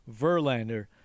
Verlander